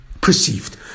perceived